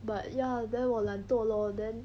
but ya then 我懒惰 lor then